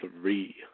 three